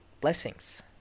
blessings